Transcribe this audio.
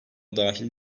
dahil